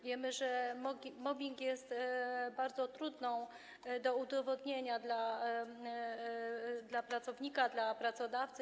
Wiemy, że mobbing jest bardzo trudny do udowodnienia dla pracownika, dla pracodawcy.